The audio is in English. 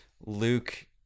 Luke